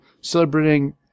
celebrating